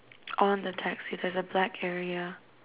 on the taxi there's a black area